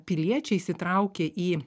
piliečiai įsitraukė į